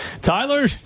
Tyler